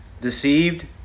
Deceived